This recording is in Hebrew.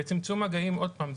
וצמצום מגעים, עוד פעם,